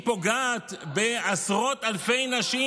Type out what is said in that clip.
שהיא פוגעת בעשרות אלפי נשים,